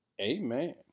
amen